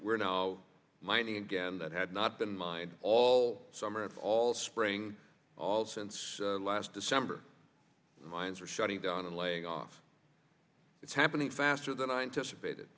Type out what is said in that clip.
we're now mining again that had not been mined all summer and all spring all since last december the mines are shutting down and laying off it's happening faster than i anticipated